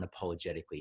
unapologetically